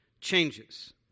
changes